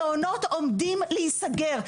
המעונות עומדים להיסגר.